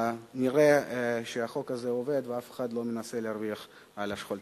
נראה שהחוק הזה עובד ואף אחד לא מנסה "להרוויח" על השכול.